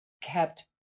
kept